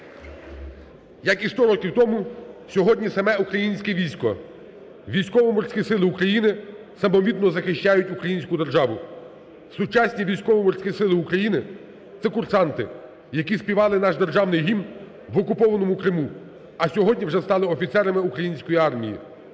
Як і 100 років тому, сьогодні саме українське військо, Військово-Морські Сили України самовіддано захищають українську державу. Сучасні Військово-Морські Сили України – це курсанти, які співали наш державний гімн в окупованому Криму, а сьогодні вже стали офіцерами української армії,